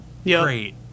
Great